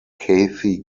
kathy